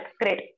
Great